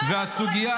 לא גדולי ישראל שלי.